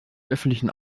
öffentlichen